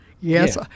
yes